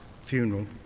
funeral